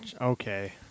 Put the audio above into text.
Okay